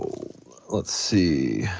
let's see.